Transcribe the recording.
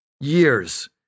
years